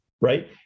right